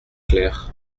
clair